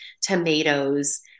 tomatoes